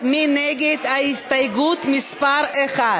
יחימוביץ, סתיו שפיר,